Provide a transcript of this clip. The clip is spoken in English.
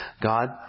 God